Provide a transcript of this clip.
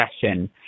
session